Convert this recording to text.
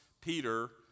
Peter